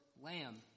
lamb